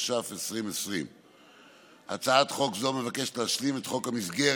התש"ף 2020. הצעת חוק זו מבקשת להשלים את חוק המסגרת